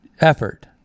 effort